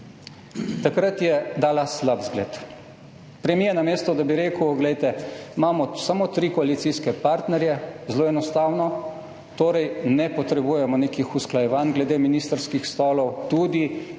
Takrat je dala slab zgled. Premier, namesto da bi rekel, glejte, imamo samo tri koalicijske partnerje, zelo enostavno, torej ne potrebujemo nekih usklajevanj glede ministrskih stolov, tudi